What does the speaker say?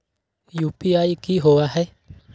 UPI कि होअ हई?